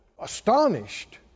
astonished